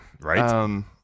Right